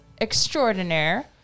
extraordinaire